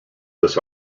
this